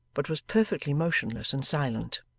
but was perfectly motionless and silent.